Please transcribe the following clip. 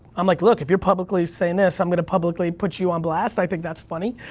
i'm like, look, if you're publicly saying this i'm gonna publicly put you on blast. i think that's funny.